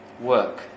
Work